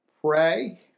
pray